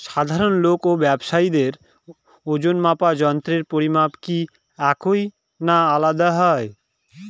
সাধারণ লোক ও ব্যাবসায়ীদের ওজনমাপার যন্ত্রের পরিমাপ কি একই না আলাদা হয়?